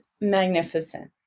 magnificent